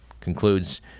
concludes